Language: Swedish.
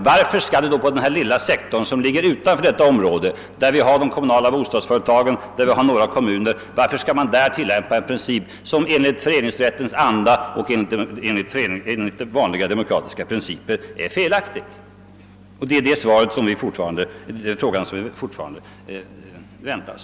Varför skall man då på denna lilla sektor, som berör arbetsgivare utanför SAF tillämpa en princip som strider mot föreningsrättens anda och vanliga demokratiska värderingar? Vi väntar fortfarande på svar på den frågan.